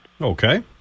Okay